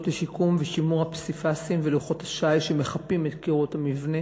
לשיקום ושימור הפסיפסים ולוחות השיש שמחפים את קירות המבנה.